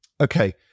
Okay